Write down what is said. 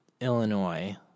Illinois